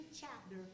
chapter